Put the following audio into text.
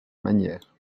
manière